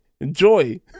Enjoy